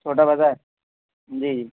چھوٹا بازار جی